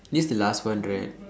this the last one right